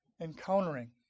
encountering